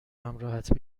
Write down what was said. همراهت